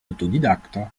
autodidacte